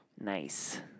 Nice